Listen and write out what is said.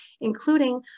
including